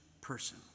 person